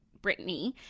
Britney